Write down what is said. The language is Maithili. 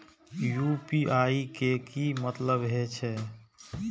यू.पी.आई के की मतलब हे छे?